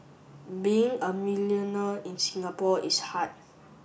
being a millionaire in Singapore is hard